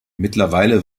mittlerweile